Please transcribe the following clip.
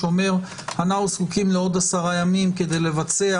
שאומר: אנחנו זקוקים לעוד עשרה ימים כדי לבצע